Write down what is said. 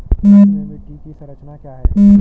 कृषि में मिट्टी की संरचना क्या है?